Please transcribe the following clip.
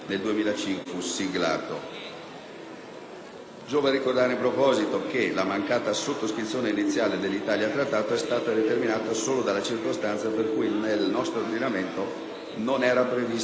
Giova ricordare, in proposito, che la mancata sottoscrizione iniziale dell'Italia al Trattato è stata determinata solo della circostanza per cui non era previsto nel nostro ordinamento interno un sistema di gestione di una banca dati del DNA.